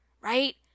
right